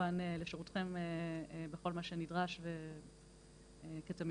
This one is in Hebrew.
וכמובן לשירותכם בכל מה שנדרש, כמו תמיד.